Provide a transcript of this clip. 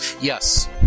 Yes